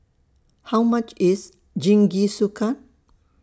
How much IS Jingisukan